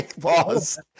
Pause